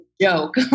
joke